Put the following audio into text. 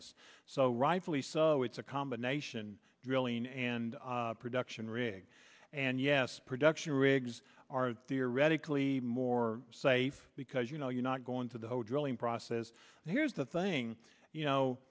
is so rivalry so it's a combination drilling and production rig and yes production rigs are theoretically more safe because you know you're not going to the whole drilling process and here's the thing you know